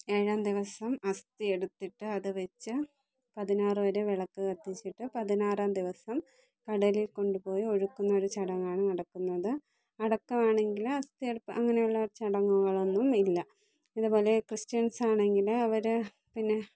ഏഴാം ദിവസം അസ്തി എടുത്തിട്ട് അതു വെച്ച് പതിനാറ് വരെ വിളക്ക് കത്തിച്ചിട്ട് പതിനാറാം ദിവസം കടലിൽ കൊണ്ടുപോയി ഒഴുക്കുന്നൊരു ചടങ്ങാണ് നടക്കുന്നത് അടക്കം ആണെങ്കിൽ അസ്തി എടുപ്പ് അങ്ങനെയുള്ള ചടങ്ങുകളൊന്നുമില്ല ഇതുപോലെ ക്രിസ്ത്യൻസ് ആണെങ്കിൽ അവർ പിന്നെ